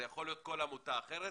זה יכול להיות כל עמותה אחרת,